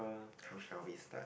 how shall we start